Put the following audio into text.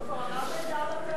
כבר אמרת את זה ארבע פעמים.